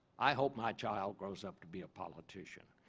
i hope my child grows up to be a politician?